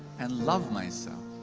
and love myself,